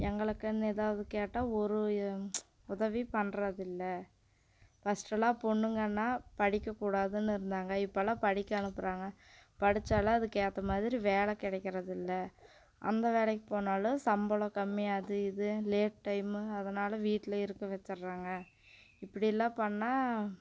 எங்களுக்குன்னு எதாவது கேட்டால் ஒரு உதவி பண்றதில்லை ஃபஸ்ட்டுலாம் பொண்ணுங்கன்னால் படிக்கக்கூடாதுன்னு இருந்தாங்க இப்போல்லாம் படிக்க அனுப்புகிறாங்க படித்தாலாம் அதுக்கு ஏற்ற மாதிரி வேலை கிடைக்கிறதில்ல அந்த வேலைக்கு போனாலும் சம்பளம் கம்மி அது இதுன்னு லேட் டைம் அதனால வீட்டில் இருக்க வச்சிடுறாங்க இப்படில்லாம் பண்ணால்